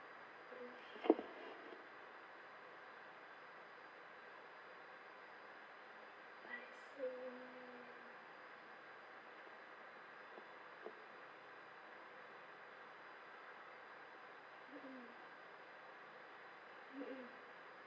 mm I see mmhmm mmhmm